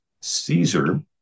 Caesar